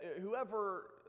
whoever